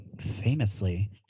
famously